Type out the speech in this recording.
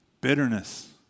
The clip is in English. bitterness